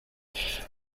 village